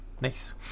Nice